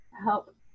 help